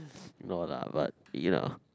no lah but you know